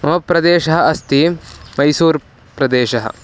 मम प्रदेशः अस्ति मैसूर् प्रदेशः